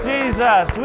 Jesus